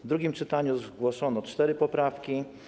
W drugim czytaniu zgłoszono cztery poprawki.